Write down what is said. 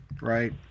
Right